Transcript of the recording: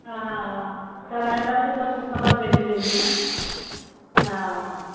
हा कराईंदासीं त पोइ ख़बर पइजी वेंदी न हा